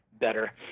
better